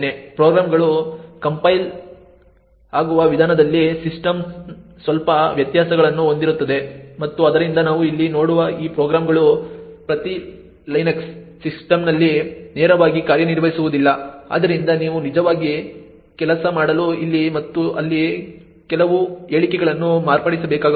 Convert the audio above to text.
ಪ್ರೋಗ್ರಾಂಗಳು ಕಂಪೈಲ್ ಆಗುವ ವಿಧಾನದಲ್ಲಿ ಸಿಸ್ಟಮ್ ಸ್ವಲ್ಪ ವ್ಯತ್ಯಾಸಗಳನ್ನು ಹೊಂದಿರುತ್ತದೆ ಮತ್ತು ಆದ್ದರಿಂದ ನಾವು ಇಲ್ಲಿ ನೋಡುವ ಈ ಪ್ರೋಗ್ರಾಂಗಳು ಪ್ರತಿ LINUX ಸಿಸ್ಟಮ್ನಲ್ಲಿ ನೇರವಾಗಿ ಕಾರ್ಯನಿರ್ವಹಿಸುವುದಿಲ್ಲ ಆದ್ದರಿಂದ ನೀವು ನಿಜವಾಗಿ ಕೆಲಸ ಮಾಡಲು ಇಲ್ಲಿ ಮತ್ತು ಅಲ್ಲಿ ಕೆಲವು ಹೇಳಿಕೆಗಳನ್ನು ಮಾರ್ಪಡಿಸಬೇಕಾಗಬಹುದು